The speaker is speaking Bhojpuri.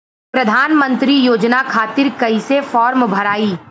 प्रधानमंत्री योजना खातिर कैसे फार्म भराई?